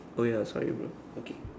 oh ya sorry bro okay